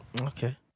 Okay